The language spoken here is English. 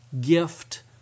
gift